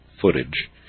footage